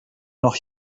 noch